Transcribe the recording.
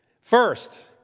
First